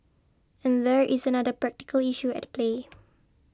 and there is another practical issue at play